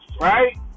right